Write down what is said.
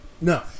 No